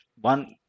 one